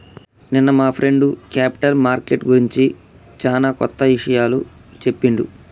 నిన్న మా friend capital market గురించి చానా కొత్త ఇషయాలు చెప్పిండు